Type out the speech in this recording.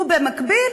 ובמקביל